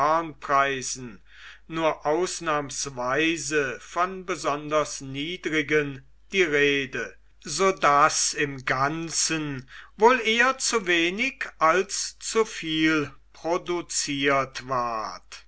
kornpreisen nur ausnahmsweise von besonders niedrigen die rede so daß im ganzen wohl eher zu wenig als zu viel produziert ward